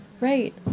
Right